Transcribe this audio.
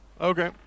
okay